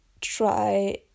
try